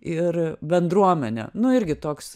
ir bendruomenė nu irgi toks